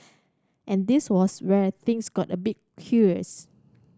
and this was where things got a bit curious